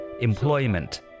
employment